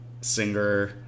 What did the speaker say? singer